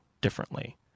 differently